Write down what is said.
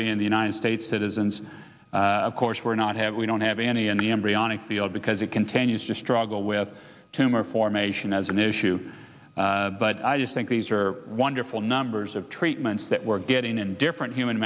and in the united states citizens of course we're not have we don't have any in the embryonic the old because it continues to struggle with tumor formation as an issue but i just think these are wonderful numbers of treatments that we're getting in different human